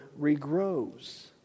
regrows